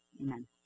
Amen